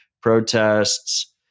protests